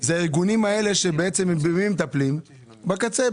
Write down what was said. אלה הארגונים האלה שמטפלים בקצה,